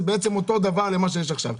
וזה בעצם חופף למה שיש עכשיו.